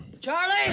Charlie